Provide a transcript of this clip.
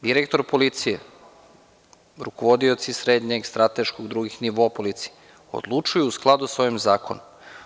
Direktor policije, rukovodioci srednjeg, strateškog i drugih nivoa u policiji, odlučuju u skladu sa ovim zakonom.